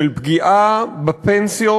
של פגיעה בפנסיות